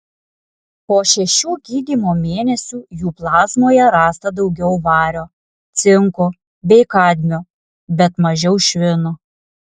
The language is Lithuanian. po šešių gydymo mėnesių jų plazmoje rasta daugiau vario cinko bei kadmio bet mažiau švino